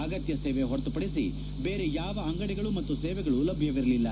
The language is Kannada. ಅಗತ್ಯ ಸೇವೆ ಹೊರತು ಪಡಿಸಿ ಬೇರೆ ಯಾವ ಅಂಗಡಿಗಳು ಮತ್ತು ಸೇವೆಗಳು ಲಭ್ಯವಿರಲಿಲ್ಲ